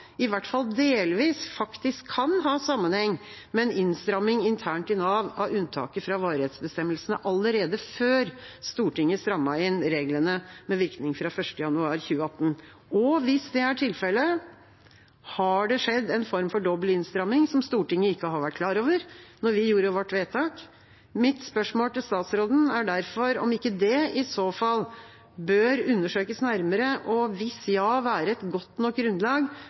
i hvert fall delvis kan ha sammenheng med en innstramming internt i Nav av unntaket fra varighetsbestemmelsene allerede før Stortinget strammet inn reglene med virkning fra 1. januar 2018? Og hvis det er tilfellet: Har det skjedd en form for dobbel innstramming, som Stortinget ikke har vært klar over da vi gjorde vårt vedtak? Mitt spørsmål til statsråden er derfor om ikke det i så fall bør undersøkes nærmere. Hvis ja bør det være et godt nok grunnlag